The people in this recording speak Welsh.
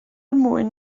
mwyn